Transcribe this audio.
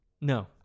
No